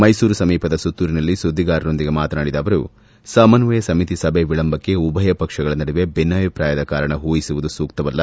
ಮೈಸೂರು ಸಮೀಪದ ಸುತ್ತೂರಿನಲ್ಲಿ ಸುದ್ದಿಗಾರರೊಂದಿಗೆ ಮಾತನಾಡಿದ ಅವರು ಸಮಸ್ವಯ ಸಮಿತಿ ಸಭೆ ವಿಳಂಬಕ್ಕೆ ಉಭಯ ಪಕ್ಷಗಳ ನಡುವೆ ಭಿನ್ನಾಭಿಪ್ರಾಯದ ಕಾರಣ ಊಹಿಸುವುದು ಸೂಕ್ಷವಲ್ಲ